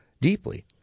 Deeply